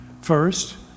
First